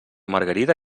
margarida